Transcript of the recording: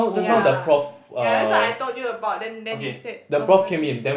ya ya that's what I told you about then then then you said oh no it's okay